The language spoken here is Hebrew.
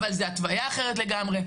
אבל זאת התוויה אחרת לגמרי,